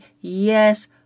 yes